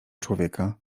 człowieka